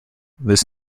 this